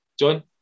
John